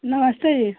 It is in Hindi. नमस्ते जी